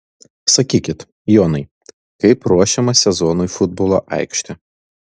sakykit jonai kaip ruošiama sezonui futbolo aikštė